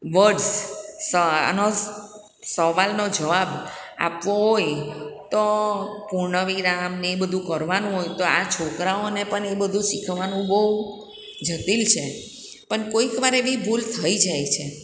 words સ આનો સ સવાલનો જવાબ આપવો હોય તો પૂર્ણ વિરામ ને એ બધું કરવાનું હોય તો આ છોકરાઓને પણ એ બધું શિખવાનું બહુ જટિલ છે પણ કોઈક વાર એવી ભૂલ થઈ જાય છે